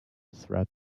threat